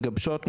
מגבשות,